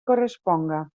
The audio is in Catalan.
corresponga